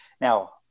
now